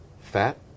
fat